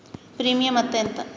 Premium అత్తే ఎంత?